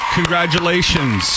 Congratulations